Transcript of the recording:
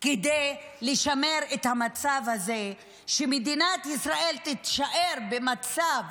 כדי לשמר את המצב הזה, שמדינת ישראל תישאר במצב